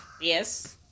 Yes